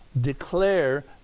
declare